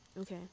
Okay